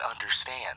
understand